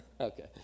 Okay